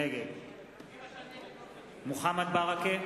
נגד מוחמד ברכה,